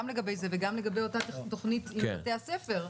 גם לגבי זה וגם לגבי אותה תכנית עם בתי הספר.